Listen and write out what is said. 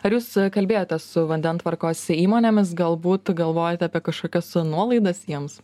ar jūs kalbėjote su vandentvarkos įmonėmis galbūt galvojate apie kažkokias nuolaidas jiems